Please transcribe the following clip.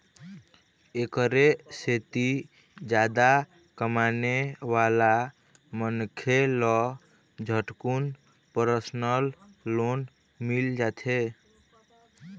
एखरे सेती जादा कमाने वाला मनखे ल झटकुन परसनल लोन मिल जाथे